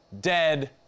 dead